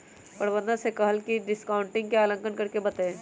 प्रबंधक ने कहल कई की वह डिस्काउंटिंग के आंकलन करके बतय तय